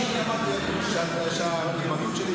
אז אני אמרתי שני דברים,